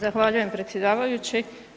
Zahvaljujem predsjedavajući.